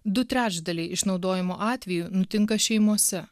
du trečdaliai išnaudojimo atvejų nutinka šeimose